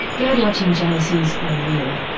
birdwatching jealousies are real,